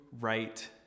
right